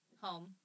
Home